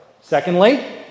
Secondly